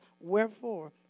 wherefore